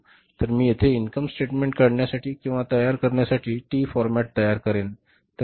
तर मी इथे इन्कम स्टेटमेंट काढण्यासाठी किंवा ते तयार करण्यासाठी टी फॉरमॅट तयार करेन